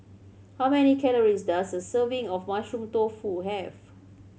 how many calories does a serving of Mushroom Tofu have